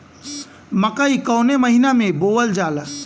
मकई कवने महीना में बोवल जाला?